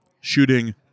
shooting